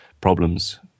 problems